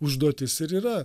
užduotis ir yra